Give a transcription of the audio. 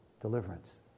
deliverance